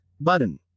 Button